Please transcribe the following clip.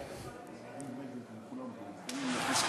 לשטח